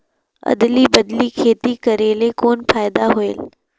अदली बदली खेती करेले कौन फायदा होयल?